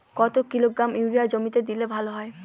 কত kilogram urea জমিতে দিলে ভালো হয়?